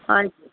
ಆಯ್ತು